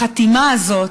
החתימה הזאת,